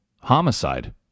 homicide